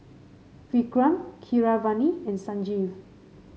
Vikram Keeravani and Sanjeev